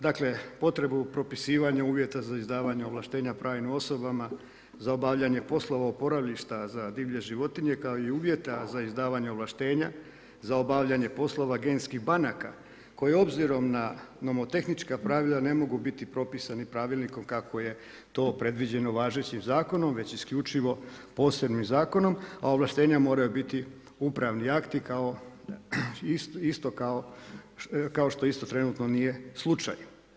Dakle, potrebu propisivanja uvjeta za izdavanje ovlaštenja pravnim osobama za obavljanje poslova oporavišta za divlje životinje kao i uvjeta za izdavanje ovlaštenja za obavljanje poslova genskih banaka koje obzirom na novotehnička pravila ne mogu biti propisani pravilnikom kako je to predviđeno važećim zakonom već isključivo posebnim zakonom a ovlaštenja moraju biti upravni akti kao što isto trenutno nije slučaj.